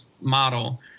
model